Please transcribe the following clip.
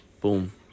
Boom